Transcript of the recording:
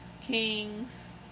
Kings